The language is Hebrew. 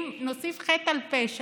אם נוסיף חטא על פשע,